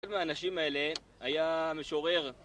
אחד מהאנשים האלה, היה משורר